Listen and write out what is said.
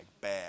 bad